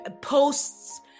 posts